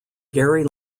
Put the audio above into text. gary